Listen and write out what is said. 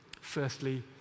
Firstly